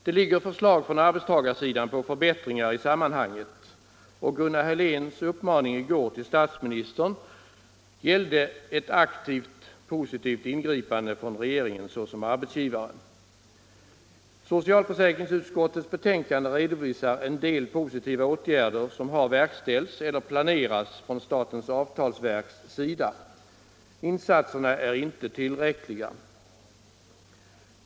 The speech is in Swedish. Det finns förslag från arbetstagarsidan på förbättringar i sammanhanget, och Gunnar Heléns uppmaning i går till statsministern gällde ett aktivt, positivt ingripande från regeringen såsom arbetsgivare. Socialförsäkringsutskottets betänkande redovisar en del positiva åtgärder som har verkställts eller planeras från statens avtalsverks sida. Insatserna är inte tillräckliga!